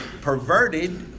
perverted